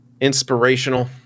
inspirational